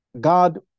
God